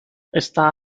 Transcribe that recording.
esta